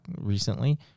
recently